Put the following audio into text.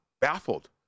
baffled